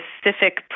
specific